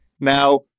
Now